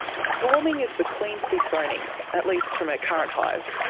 swarming is the queen's dethroning, at least from her current hive,